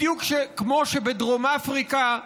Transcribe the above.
בדיוק כמו שבדרום אפריקה,